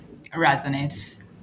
resonates